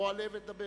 בוא, עלה ודבר.